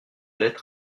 lettres